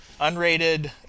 unrated